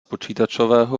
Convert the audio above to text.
počítačového